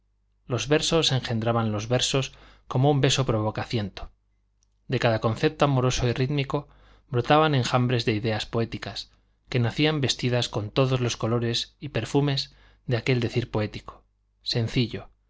los versos engendraban los versos como un beso provoca ciento de cada concepto amoroso y rítmico brotaban enjambres de ideas poéticas que nacían vestidas con todos los colores y perfumes de aquel decir poético sencillo